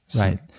right